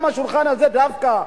גם מהשולחן הזה דווקא,